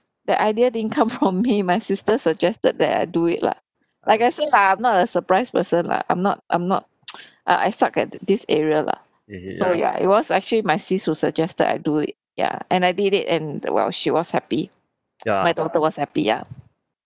that idea didn't come from me my sister suggested that I do it lah like I say lah I'm not a surprise person lah I'm not I'm not I I suck at this area lah so ya it was actually my sis who suggest that I do it yeah and I did it and uh !wow! she was happy my daughter was happy ya